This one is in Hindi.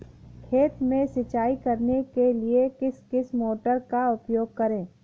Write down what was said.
खेत में सिंचाई करने के लिए किस मोटर का उपयोग करें?